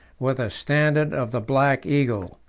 with the standard of the black eagle.